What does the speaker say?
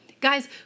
Guys